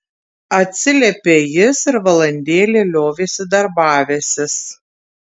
atsiliepė jis ir valandėlę liovėsi darbavęsis